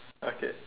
okay